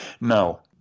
No